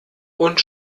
und